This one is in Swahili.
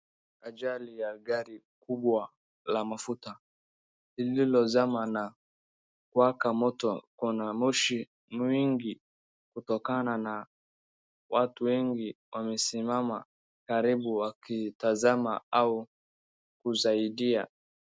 Ajali ya gari kubwa la mafuta lililozama na kuwaka moto iko na moshi mingi kutokana na watu wengi wamesimama karibu wakitazama au kusaidia.